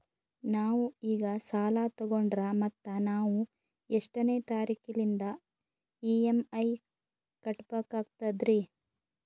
ನಾವು ಈಗ ಸಾಲ ತೊಗೊಂಡ್ರ ಮತ್ತ ನಾವು ಎಷ್ಟನೆ ತಾರೀಖಿಲಿಂದ ಇ.ಎಂ.ಐ ಕಟ್ಬಕಾಗ್ತದ್ರೀ?